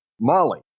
Molly